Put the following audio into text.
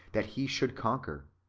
that he should conquer.